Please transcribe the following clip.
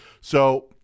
So-